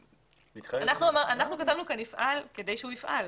אנחנו כתבנו כאן יפעל כדי שהוא יפעל.